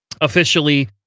officially